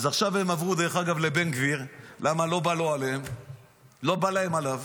אז עכשיו הם עברו לבן גביר, כי לא בא להם עליו.